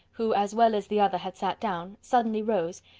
who as well as the other had sat down, suddenly rose,